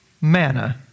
manna